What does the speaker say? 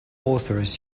authors